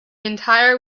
entire